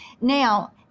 Now